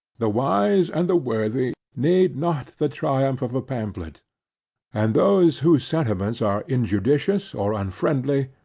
the wise, and the worthy, need not the triumph of a pamphlet and those whose sentiments are injudicious, or unfriendly,